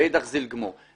ו"אידך זיל גמור".